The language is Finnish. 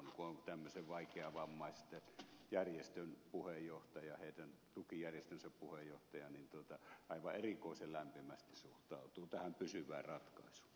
kun olen vaikeavammaisten tukijärjestön puheenjohtaja niin aivan erikoisen lämpimästi suhtaudun tähän pysyvään ratkaisuun